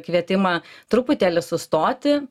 kvietimą truputėlį sustoti